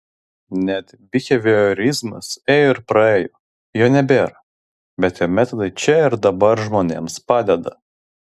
net biheviorizmas ėjo ir praėjo jo nebėra bet jo metodai čia ir dabar žmonėms padeda